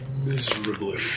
miserably